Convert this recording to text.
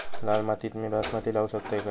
लाल मातीत मी बासमती लावू शकतय काय?